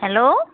hello